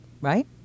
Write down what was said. Right